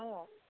অঁ